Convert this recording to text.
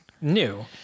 new